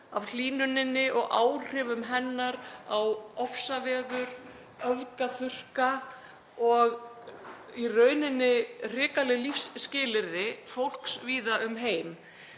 af hlýnuninni og áhrifum hennar á ofsaveður, öfgaþurrka og í rauninni hrikaleg lífsskilyrði fólks víða um heim.